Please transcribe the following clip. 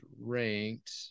ranked